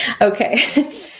Okay